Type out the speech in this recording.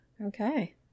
okay